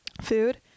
food